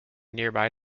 nearby